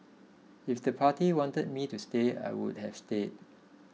if the party wanted me to stay I would have stayed